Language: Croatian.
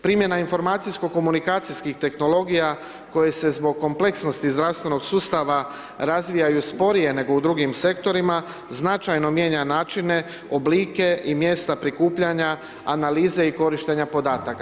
Primjena informacijsko komunikacijskih tehnologija koje se zbog kompleksnosti zdravstvenog sustava razvijaju sporije nego u drugim sektorima značajno mijenja načine, oblike i mjesta prikupljanja analize i korištenja podataka.